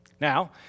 Now